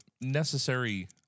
necessary